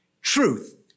truth